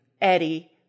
Eddie